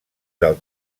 del